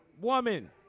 Woman